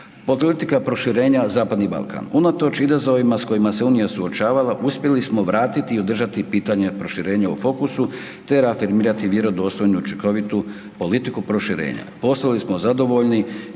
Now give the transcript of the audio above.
Politika proširenja Zapadni Balkan, unatoč izazovima s kojima se unija suočavala uspjeli smo vratiti i održati pitanje proširenja u fokusu te reafirmirati vjerodostojnu i učinkovitu politiku proširenja. Postali smo zadovoljni